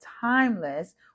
timeless